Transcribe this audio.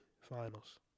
Finals